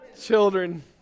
Children